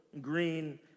green